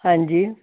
ਹਾਂਜੀ